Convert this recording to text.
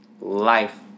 life